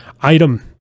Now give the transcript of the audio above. Item